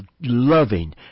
loving